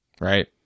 right